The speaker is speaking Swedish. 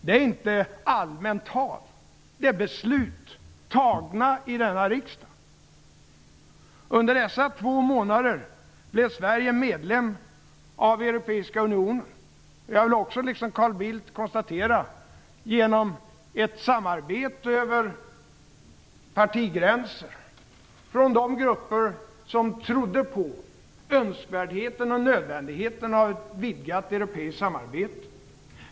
Det är inte allmänt tal. Det är beslut fattade i denna riksdag. Under dessa två månader blev Sverige medlem av Europeiska unionen. Jag vill, liksom Carl Bildt, konstatera, att det var genom ett samarbete över partigränser från de grupper som trodde på önskvärdheten och nödvändigheten av ett vidgat europeiskt samarbete.